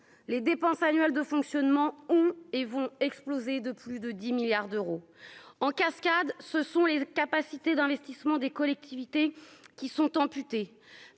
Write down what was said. les dépenses annuelles de fonctionnement ont et vont exploser de plus de 10 milliards d'euros en cascade, ce sont les capacités d'investissement des collectivités qui sont amputés